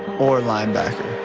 or linebacker,